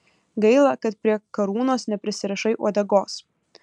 gaila kad prie karūnos neprisirišai uodegos